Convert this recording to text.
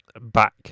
back